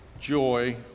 joy